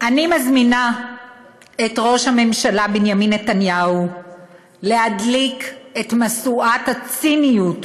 אני מזמינה את ראש הממשלה בנימין נתניהו להדליק את משואת הציניות,